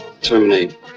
Terminate